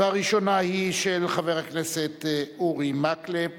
הראשונה היא של חבר הכנסת אורי מקלב,